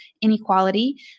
inequality